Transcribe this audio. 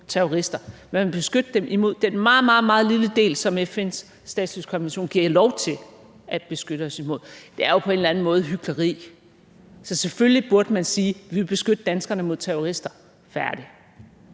terrorister, man vil beskytte dem imod den meget, meget lille del, som FN's statsløsekonvention giver lov til at beskytte sig imod. Det er jo på en eller anden måde hykleri. Så selvfølgelig burde man sige: Vi vil beskytte danskerne mod terrorister – færdig!